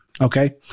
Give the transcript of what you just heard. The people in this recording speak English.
Okay